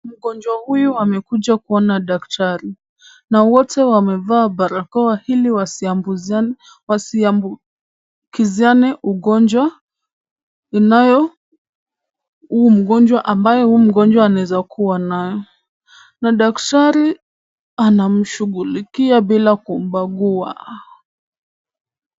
Mgonjwa huyu amekuja kuona daktari na wote wamevaa barakoa ili wasiambukiziane ugonjwa inayo ambaye huyu mgonjwa anaweza kuwa nayo, na daktari anamshughulikia bila kumbagua.